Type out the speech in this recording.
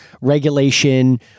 regulation